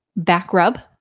Backrub